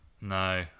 No